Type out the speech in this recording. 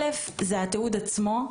א', התיעוד עצמו.